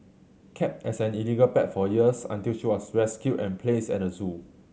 kept as in illegal pet for years until she was rescued and placed at the zoo